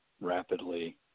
rapidly